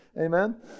Amen